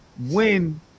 win